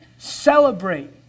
celebrate